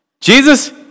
Jesus